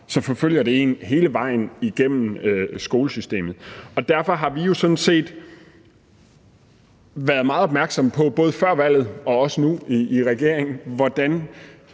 så forfølger det en hele vejen igennem skolesystemet. Derfor har vi jo sådan set været meget opmærksomme på, både før valget og også nu i regeringen, hvordan